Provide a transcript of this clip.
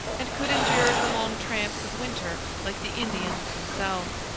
and could endure the long tramps of winter like the indians themselves.